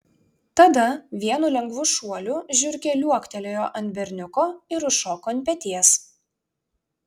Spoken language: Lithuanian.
tada vienu lengvu šuoliu žiurkė liuoktelėjo ant berniuko ir užšoko ant peties